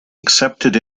accepted